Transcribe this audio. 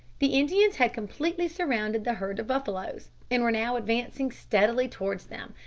the indians had completely surrounded the herd of buffaloes, and were now advancing steadily towards them,